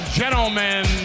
gentlemen